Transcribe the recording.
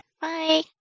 Bye